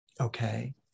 Okay